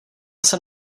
jsem